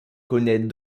connaît